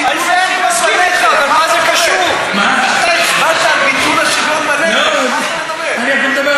ואני אתן לך את כל התמיכה שכל אלו שמתחמקים מגיוס ולא באים להתגייס,